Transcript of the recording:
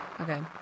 Okay